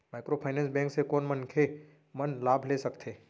Microfinance bank से कोन मनखे मन लाभ ले सकथे?